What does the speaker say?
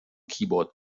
keyboard